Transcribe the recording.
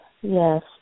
yes